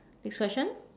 next question